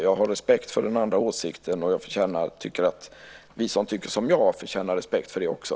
Jag har respekt för den andra åsikten, och jag tycker att vi som tycker som jag förtjänar respekt för det också.